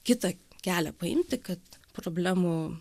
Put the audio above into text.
kitą kelią paimti kad problemų